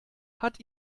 hat